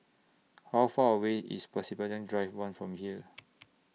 How Far away IS Pasir Panjang Drive one from here